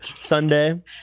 Sunday